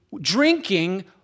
drinking